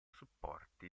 supporti